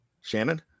Shannon